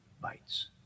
bites